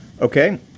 Okay